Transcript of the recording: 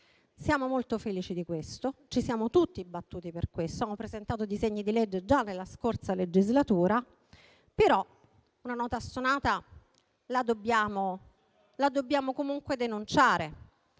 Siamo molto felici e ci siamo tutti battuti per questo. Ho presentato disegni di legge già nella scorsa legislatura, ma una nota stonata la dobbiamo comunque denunciare.